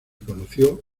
conoció